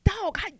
dog